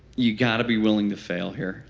you got to be willing to fail here.